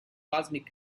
cosmic